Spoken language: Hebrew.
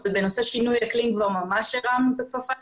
אבל בנושא שינוי אקלים כבר ממש הרמנו את הכפפה,